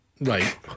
Right